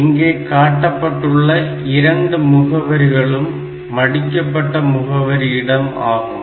இங்கே காட்டப்பட்டுள்ள இரண்டு முகவரிகளும் மடிக்கப்பட்ட முகவரி இடம் ஆகும்